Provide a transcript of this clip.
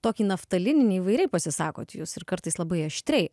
tokį naftalininį įvairiai pasisakot jus ir kartais labai aštriai